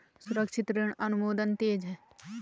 सुरक्षित ऋण अनुमोदन तेज है